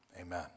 Amen